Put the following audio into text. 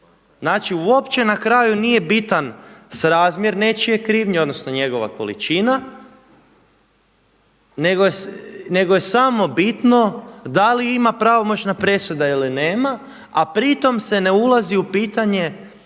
Znači, uopće na kraju nije bitan srazmjer nečije krivnje odnosno njegova količina nego je samo bitno da li ima pravomoćna presuda ili nema, a pritom se ne ulazi u pitanje